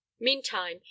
meantime